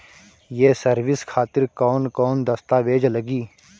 ये सर्विस खातिर कौन कौन दस्तावेज लगी?